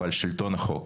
ועל שלטון החוק